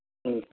ம்